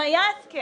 אם היה הסכם